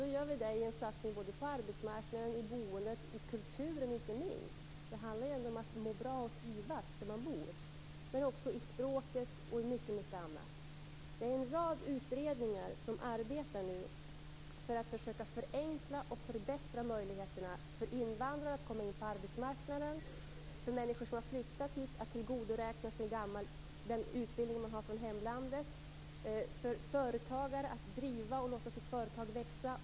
Det gör vi genom en satsning på arbetsmarknaden, på boendet och inte minst på kulturen. Det handlar ju om att må bra och trivas där man bor. Men det handlar också om språket och mycket, mycket annat. Det är en rad utredningar som nu arbetar för att försöka förenkla och förbättra möjligheterna för invandrare att komma in på arbetsmarknaden, för människor som har flyttat hit att tillgodoräkna sig den utbildning som de har från hemlandet och för företagare att driva och låta sitt företag växa.